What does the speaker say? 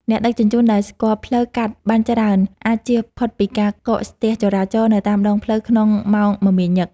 អ្នកដឹកជញ្ជូនដែលស្គាល់ផ្លូវកាត់បានច្រើនអាចជៀសផុតពីការកកស្ទះចរាចរណ៍នៅតាមដងផ្លូវក្នុងម៉ោងមមាញឹក។